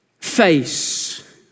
face